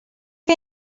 que